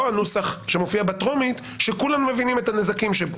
הנוסח שמופיע בטרומית שכולם מבינים את הנזקים שבו.